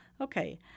Okay